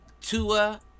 Tua